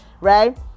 right